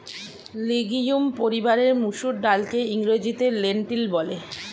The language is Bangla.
লিগিউম পরিবারের মুসুর ডালকে ইংরেজিতে লেন্টিল বলে